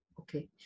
Okay